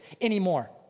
anymore